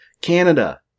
Canada